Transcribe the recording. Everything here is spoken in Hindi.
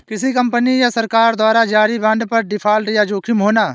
किसी कंपनी या सरकार द्वारा जारी बांड पर डिफ़ॉल्ट का जोखिम होना